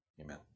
Amen